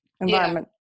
environment